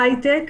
ההיי-טק,